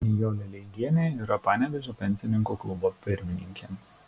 nijolė leigienė yra panevėžio pensininkų klubo pirmininkė